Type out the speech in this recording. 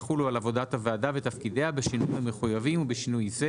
יחולו על עבודת הוועדה ותפקידיה בשינויים המחויבים ובשינוי זה: